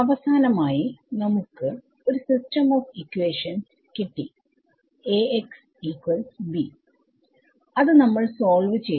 അവസാനമായി നമുക്ക് ഒരു സിസ്റ്റം ഓഫ് ഇക്വേഷൻസ് കിട്ടി Axb അത് നമ്മൾ സോൾവ് ചെയ്തു